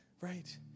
Right